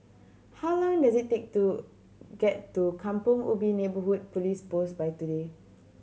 how long does it take to get to Kampong Ubi Neighbourhood Police Post by